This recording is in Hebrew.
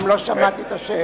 גם לא שמעתי את השאלות.